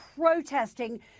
protesting